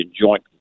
joint